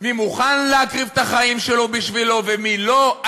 מי מוכן להקריב את החיים שלו בשבילה ומי לא.